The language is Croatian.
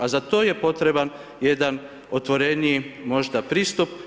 A za to je potreban jedan otvoreniji možda pristup.